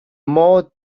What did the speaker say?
more